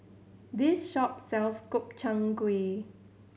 this shop sells Gobchang Gui